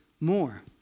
more